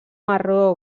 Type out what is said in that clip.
marró